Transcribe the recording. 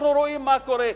אנחנו רואים מה קורה.